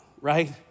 right